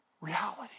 Reality